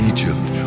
Egypt